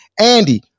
andy